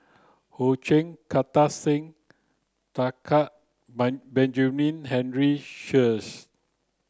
Ho Ching Kartar Singh Thakral Benjamin Henry Sheares